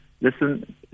listen